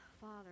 Father